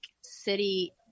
city